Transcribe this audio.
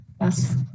Yes